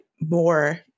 more